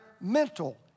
mental